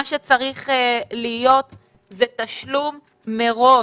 מה שצריך להיות זה תשלום מראש.